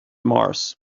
mars